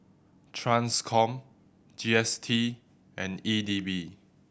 Transcom G S T and E D B